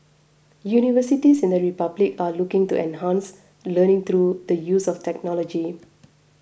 universities in the republic are looking to enhance learning through the use of technology